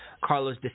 carlos